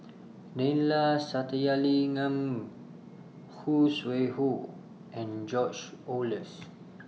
Neila Sathyalingam Khoo Sui Hoe and George Oehlers